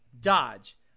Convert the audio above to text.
Dodge